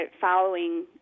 following